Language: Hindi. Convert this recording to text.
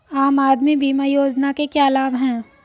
आम आदमी बीमा योजना के क्या लाभ हैं?